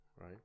right